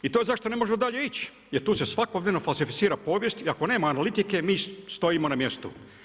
I to zašto ne možemo dalje ići, jer tu se svakodnevno falsificira povijest, jer ako nema analitike, mi stojimo na mjestu.